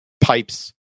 pipes